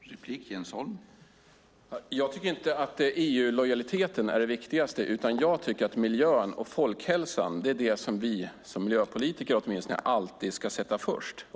Herr talman! Jag tycker inte att EU-lojaliteten är det viktigaste. Jag tycker att miljön och folkhälsan är det som vi - åtminstone vi miljöpolitiker - alltid ska sätta först.